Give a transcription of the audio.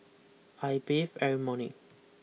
I bathe every morning